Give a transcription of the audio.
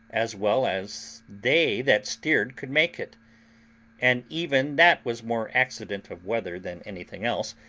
as well as they that steered could make it and even that was more accident of weather than anything else,